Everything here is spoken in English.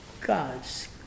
God's